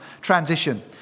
transition